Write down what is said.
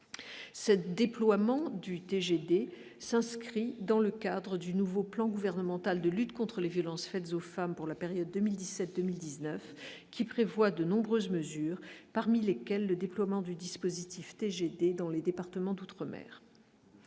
ce déploiement du TGV s'inscrit dans le cadre du nouveau plan gouvernemental de lutte contre les violences faites aux femmes, pour la période 2017, 2019 qui prévoit de nombreuses mesures parmi lesquelles le déploiement du dispositif TGD dans les départements d'outre-mer,